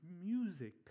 music